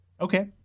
Okay